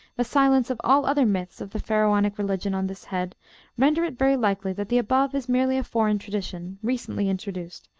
the silence of all other myths of the pharaonic religion on this head render it very likely that the above is merely a foreign tradition, recently introduced,